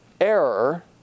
error